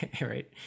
right